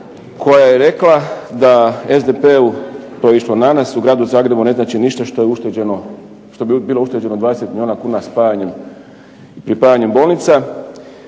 koja je rekla da SDP-u to je išlo na nas u gradu Zagrebu ne znači ništa što bi bilo ušteđeno 20 milijuna kuna spajanjem i pripajanjem bolnica